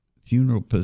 funeral